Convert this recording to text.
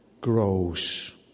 grows